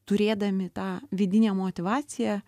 turėdami tą vidinę motyvaciją